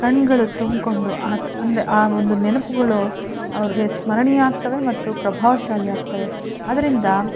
ಕಣ್ಣುಗಳು ತುಂಬಿಕೊಂಡು ಅಂದರೆ ಆ ಒಂದು ನೆನಪುಗಳು ಅವರಿಗೆ ಸ್ಮರಣೀಯ ಆಗ್ತವೆ ಮತ್ತು ಪ್ರಭಾವಶಾಲಿ ಆಗ್ತವೆ ಅದರಿಂದ